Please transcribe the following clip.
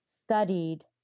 studied